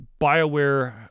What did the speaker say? BioWare